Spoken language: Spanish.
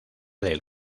del